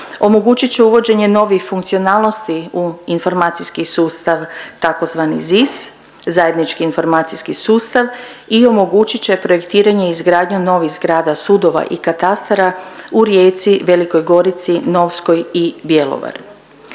Omogućit će uvođenje novih funkcionalnosti u informacijski sustav tzv. ZIS, Zajednički informacijski sustav i omogućit će projektiranje i izgradnju novih zgrada sudova i katastara u Rijeci, Velikoj Gorici, Novskoj i Bjelovaru.